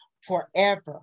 forever